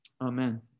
amen